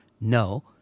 no